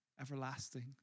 everlasting